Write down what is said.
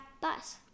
bus